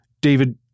David